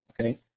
okay